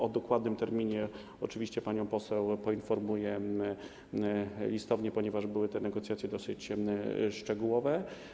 O dokładnym terminie oczywiście panią poseł poinformuję listownie, ponieważ były te negocjacje dosyć szczegółowe.